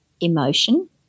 emotion